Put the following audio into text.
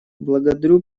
благодарю